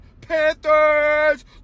Panthers